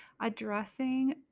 addressing